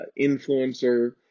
influencer